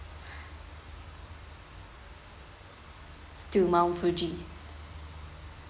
to mount fuji